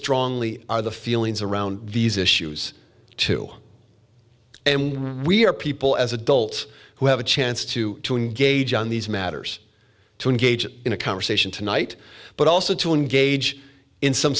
strongly are the feelings around these issues too and we're people as adults who have a chance to engage on these matters to engage in a conversation tonight but also to engage in some